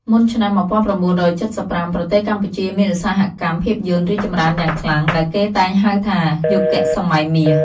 មុនឆ្នាំ ១៩៧៥ ប្រទេសកម្ពុជាមានឧស្សាហកម្មភាពយន្តរីកចម្រើនយ៉ាងខ្លាំង ដែលគេតែងហៅថា យុគសម័យមាស។